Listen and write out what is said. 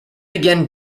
again